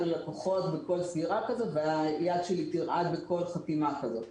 ללקוחות בכל סגירה כזאת והיד שלי תרעד בכל חתימה כזאת.